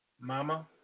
Mama